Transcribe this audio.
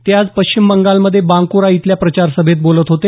ते आज पश्चिम बंगालमध्ये बांकुरा इथल्या प्रचार सभेत बोलत होते